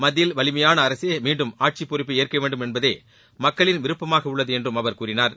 மத்தியில் வலிமையான அரசே மீண்டும் ஆட்சிப் பொறுப்பை ஏற்க வேண்டும் என்பதே மக்களின் விருப்பமாக உள்ளது என்றும் அவர் கூறினார்